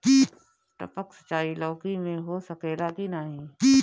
टपक सिंचाई लौकी में हो सकेला की नाही?